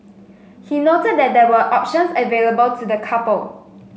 he noted that there were options available to the couple